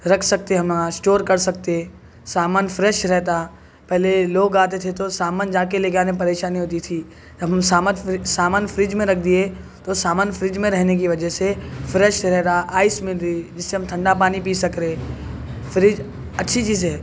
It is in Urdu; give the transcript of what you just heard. رکھ سکتے ہم اسٹور کر سکتے سامان فریش رہتا پہلے لوگ آتے تھے تو سامان جا کے لے کے آنے میں پریشانی ہوتی تھی اب ہم سامان سامان فرج میں رکھ دیے تو سامان فرج میں رہنے کی وجہ سے فریش رہ رہا آئس مل رہی جس سے ہم ٹھنڈہ پانی پی سک رہے فرج اچھی چیز ہے